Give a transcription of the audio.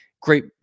great